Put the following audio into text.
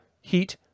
heat